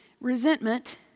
resentment